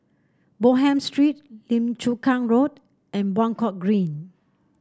Bonham Street Lim Chu Kang Road and Buangkok Green